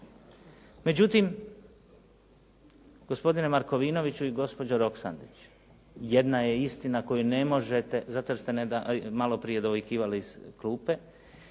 Međutim, gospodine Markovinoviću i gospođo Roksandić jedna je istina koju ne možete zato jer ste malo dovikivali iz klupe,